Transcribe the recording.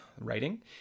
writing